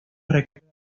recuerda